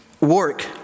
work